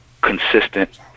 consistent